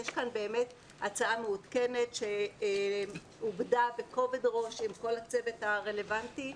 הצעה מעודכנת שעובדה בכובד ראש עם כל הצוות הרלוונטי.